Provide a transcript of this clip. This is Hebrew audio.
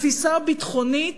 התפיסה הביטחונית